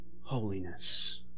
holiness